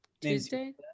Tuesday